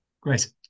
great